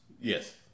Yes